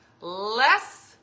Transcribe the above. less